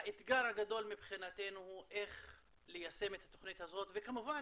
האתגר הגדול מבחינתנו הוא איך ליישם את התוכנית הזאת וכמובן